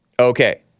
Okay